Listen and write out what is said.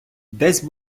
десь